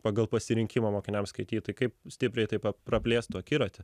pagal pasirinkimą mokiniams skaityti kaip stipriai tai praplėstų akiratį